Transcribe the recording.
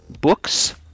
books